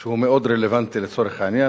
שהוא מאוד רלוונטי לצורך העניין,